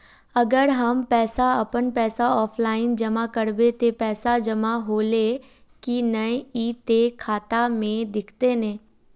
अगर हम अपन पैसा ऑफलाइन जमा करबे ते पैसा जमा होले की नय इ ते खाता में दिखते ने?